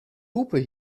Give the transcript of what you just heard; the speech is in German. lupe